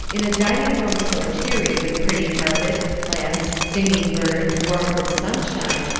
in a dining-room so cheery with pretty carpet, plants, singing-bird, warmth and sunshine,